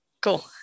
Cool